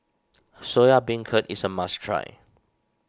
Soya Beancurd is a must try